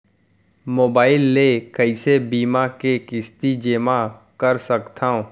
Mobile ले कइसे बीमा के किस्ती जेमा कर सकथव?